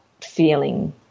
feeling